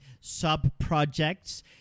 sub-projects